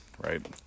Right